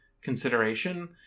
consideration